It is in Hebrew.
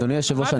אדוני היושב-ראש,